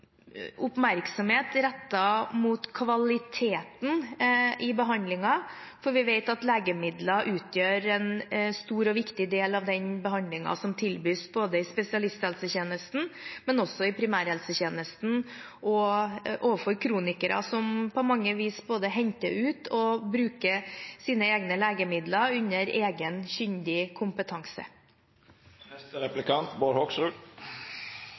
oppmerksomhet rettet mot kvaliteten i behandlingen, for vi vet at legemidler utgjør en stor og viktig del av den behandlingen som tilbys, både i spesialisthelsetjenesten, i primærhelsetjenesten og overfor kronikere, som på mange vis både henter ut og bruker sine egne legemidler under egen, kyndig